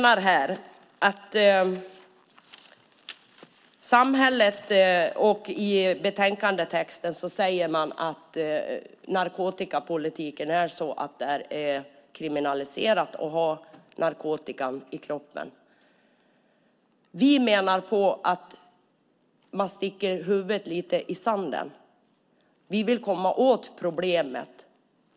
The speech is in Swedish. Av betänkandet framgår att narkotikapolitiken innebär att det är kriminaliserat att ha narkotika i kroppen. Vi menar på att man sticker huvudet i sanden. Vi vill komma åt problemet.